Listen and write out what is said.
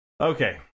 Okay